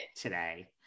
today